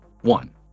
one